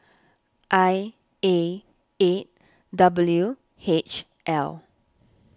I A eight W H L